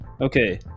Okay